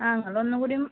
ആ അത് ഒന്ന് കൂടിയും